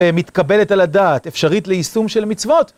מתקבלת על הדעת אפשרית ליישום של מצוות